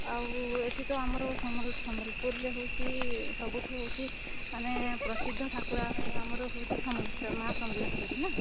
ଆଉ ଏଠି ତ ଆମର ସମ୍ୱଲପୁରରେ ହେଉଛି ସବୁଠୁ ହେଉଛି ମାନେ ପ୍ରସିଦ୍ଧ ଠାକୁରାଣୀ ଆମର ହେଉଛି ମା' ସମଲେଶ୍ୱରୀ ନା